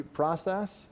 process